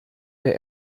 der